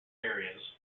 areas